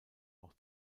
auch